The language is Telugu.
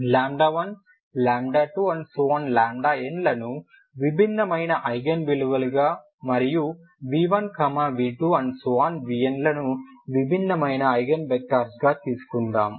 12n లను విభిన్నమైన ఐగెన్ విలువలుగా మరియు v1v2vnలను ఐగెన్ వెక్టర్స్ గా తీసుకుందాం